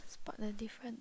spot the different